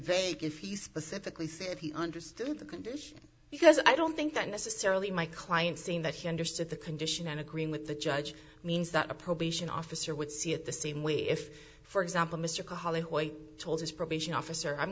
you specifically said he understood the condition because i don't think that necessarily my client seen that he understood the condition and agreeing with the judge means that a probation officer would see it the same way if for example mr kahala ojt told his probation officer i'm